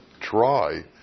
try